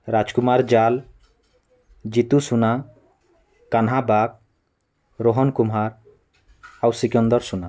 ରାଜକୁମାର ଜାଲ୍ ଜିତୁ ସୁନା କାହ୍ନା ବାଗ୍ ରୋହନ କୁମାର ଆଉ ଶିକନ୍ଦର ସୁନା